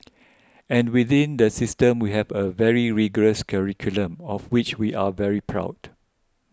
and within the system we have a very rigorous curriculum of which we are very proud